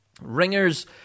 Ringers